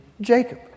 Jacob